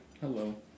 Hello